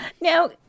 Now